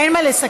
אין מה לסכם.